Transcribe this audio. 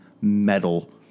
metal